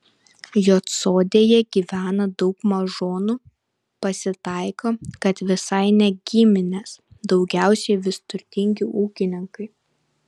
juodsodėje gyvena daug mažonų pasitaiko kad visai ne giminės daugiausiai vis turtingi ūkininkai